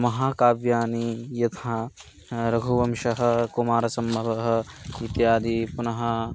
महाकाव्यानि यथा रघुवंशं कुमारसम्भवम् इत्यादयः पुनः